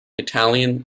italian